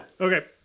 Okay